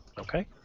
Okay